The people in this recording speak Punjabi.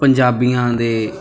ਪੰਜਾਬੀਆਂ ਦੇ